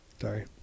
Sorry